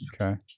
Okay